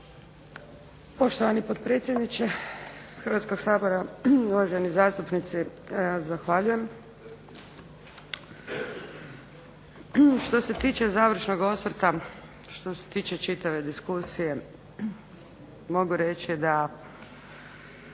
Poštovani potpredsjedniče Hrvatskoga sabora, uvaženi zastupnici, zahvaljujem. Što se tiče završnog osvrta, što se tiče čitave diskusije mogu reći da